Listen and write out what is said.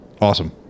Awesome